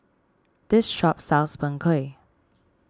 this shop sells Png Kueh